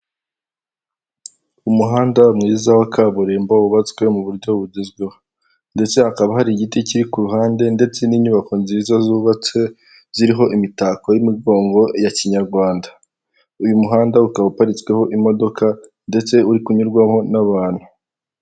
Umuhanda mwiza wa kaburimbo wubatswe mu buryo bugezweho, ndetse hakaba hari igiti kiri ku ruhande ndetse n'inyubako nziza zubatse ziriho imitako y'imigongo ya kinyarwanda, uyu muhanda ukaba uparitsweho imodoka ndetse uri kunyurwamo n'abantu.